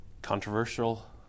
controversial